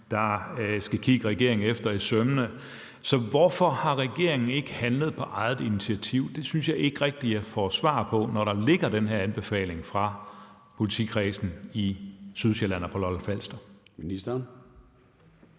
der skal kigge regeringen efter i sømmene. Så hvorfor har regeringen ikke handlet på eget initiativ – det synes jeg ikke rigtig jeg får svar på – når der ligger den her anbefaling fra politikredsene på Sydsjælland og Lolland-Falster?